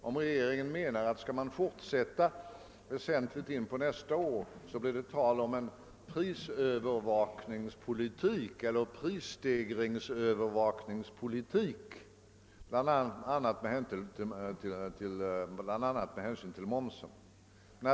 Om regeringen menar att man skall fortsätta en väsentlig tid in på nästa år blir det tal om en Pprisstegringsövervakning bl.a. med hänsyn till momsen.